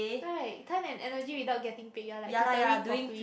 right time and energy without getting paid you are like tutoring for free